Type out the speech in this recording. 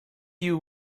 you